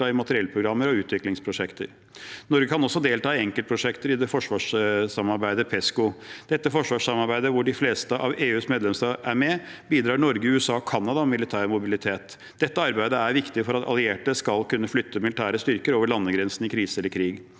i materiellprogrammer og utviklingsprosjekter. Norge kan også delta i enkeltprosjekter i forsvarssamarbeidet PESCO. Dette forsvarssamarbeidet, hvor de fleste av EUs medlemsland er med, bidrar Norge, USA og Canada om militær mobilitet. Dette arbeidet er viktig for at allierte skal kunne flytte militære styrker over landegrensene i krise eller krig.